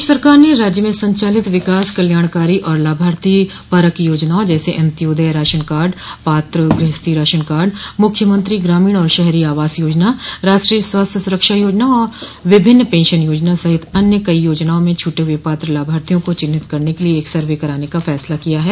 प्रदेश सरकार ने राज्य में संचालित विकास कल्याणकारी और लाभार्थी परक योजनाओं जैसे अन्त्योदय राशनकार्ड पात्र गृहस्थी राशनकार्ड मुख्यमंत्री ग्रामीण और शहरी आवास योजना राष्ट्रीय स्वास्थ्य सुरक्षा योजना विभिन्न पेंशन योजना सहित अन्य कई योजनाओं में छूटे हुए पात्र लाभार्थियों को चिन्हित करने के लिए एक सर्वे कराने का फसला किया है